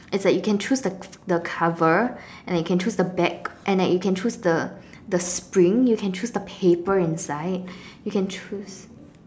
it's like you can choose the the cover and you can choose the bag and you can choose the the spring you can choose the paper inside you can choose